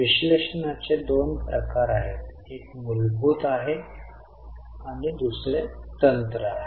विश्लेषणाचे दोन प्रकार आहेत एक मूलभूत आहे दुसरे तंत्र आहे